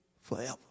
forever